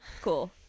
cool